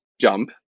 jump